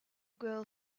girl